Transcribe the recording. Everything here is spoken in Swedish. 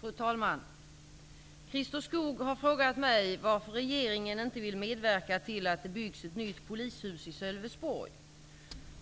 Fru talman! Christer Skoog har frågat mig varför regeringen inte vill medverka till att det byggs ett nytt polishus i Sölvesborg.